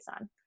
on